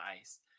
Ice